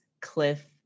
cliff